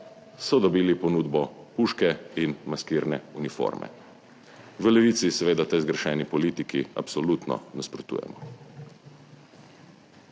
so dobili ponudbo puške in maskirne uniforme. V Levici seveda tej zgrešeni politiki absolutno nasprotujemo.